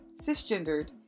cisgendered